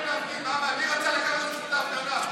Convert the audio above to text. נאבקתי שבחוק הקורונה תהיה זכות להפגין,